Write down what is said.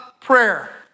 prayer